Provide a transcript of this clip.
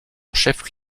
chef